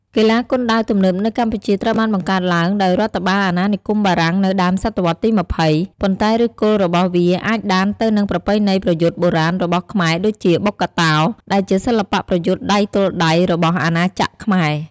កីឡាគុនដាវទំនើបនៅកម្ពុជាត្រូវបានបង្កើតឡើងដោយរដ្ឋបាលអាណានិគមបារាំងនៅដើមសតវត្សទី២០ ប៉ុន្តែឫសគល់របស់វាអាចដានទៅនឹងប្រពៃណីប្រយុទ្ធបុរាណរបស់ខ្មែរដូចជា បុក្កតោ ដែលជាសិល្បៈប្រយុទ្ធដៃទល់ដៃរបស់អាណាចក្រខ្មែរ។